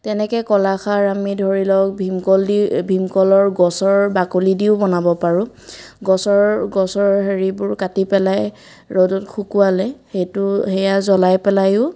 তেনেকৈ কলাখাৰ আমি ধৰি লওক ভীমকল দি ভীমকলৰ গছৰ বাকলি দিও বনাব পাৰোঁ গছৰ গছৰ হেৰিবোৰ কাটি পেলাই ৰ'দত শুকোৱালে সেইটো সেইয়া জ্বলাই পেলায়ো